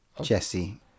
Jesse